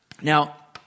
Now